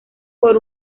por